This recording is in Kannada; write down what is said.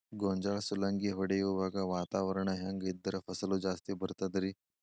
ಗೋಂಜಾಳ ಸುಲಂಗಿ ಹೊಡೆಯುವಾಗ ವಾತಾವರಣ ಹೆಂಗ್ ಇದ್ದರ ಫಸಲು ಜಾಸ್ತಿ ಬರತದ ರಿ?